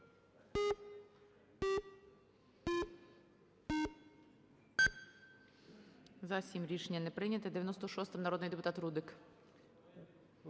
За-7 Рішення не прийнято. 96-а – народний депутат Рудик.